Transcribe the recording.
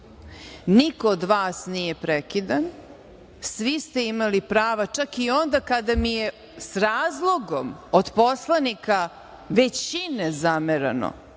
Niko od vas nije prekidan, svi ste imali prava, čak i onda kada mi je s razlogom od poslanika većine zamerano